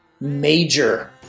major